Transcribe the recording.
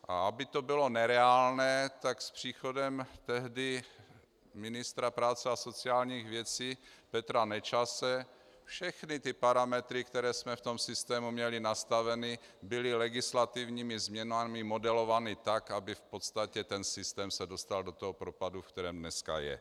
A aby to bylo nereálné, tak s příchodem tehdy ministra práce a sociálních věcí Petra Nečase všechny parametry, které jsme v tom systému měli nastaveny, byly legislativními změnami modelovány tak, aby v podstatě systém se dostal do propadu, ve kterém dneska je.